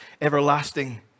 everlasting